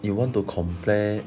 you want to compare